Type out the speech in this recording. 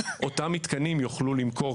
אותם מתקנים יוכלו למכור,